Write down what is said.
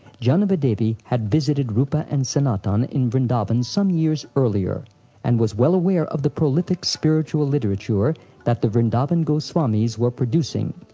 jahnava-devi had visited rupa and sanatan in vrindavan some years earlier and was well aware of the prolific spiritual literature that the vrindavan goswamis were producing,